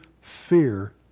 fear